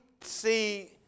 see